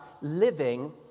living